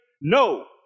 No